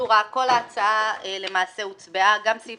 בפרוצדורה שכל ההצבעה למעשה הוצבעה, גם סעיף